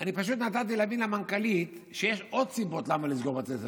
אני פשוט נתתי למנכ"לית להבין שיש עוד סיבות לסגור בתי ספר,